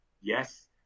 Yes